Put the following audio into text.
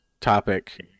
topic